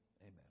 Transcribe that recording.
Amen